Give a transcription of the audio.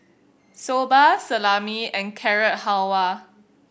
Soba Salami and Carrot Halwa